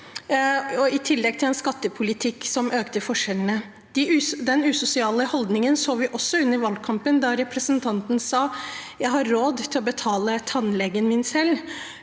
i tillegg til å ha en skattepolitikk som økte forskjellene. Den usosiale holdningen så vi også under valgkampen, da representanten sa: Jeg har råd til å betale tannlegen min selv,